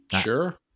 Sure